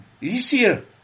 easier